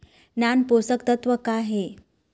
नान पोषकतत्व का हे?